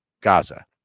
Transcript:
Gaza